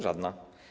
Żadna.